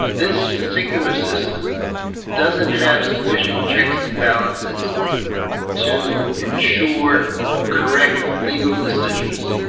this particular system doesn't have sufficient checks and balances to ensure correct legal decisions,